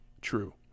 true